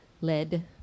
Led